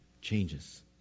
changes